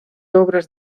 obras